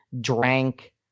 drank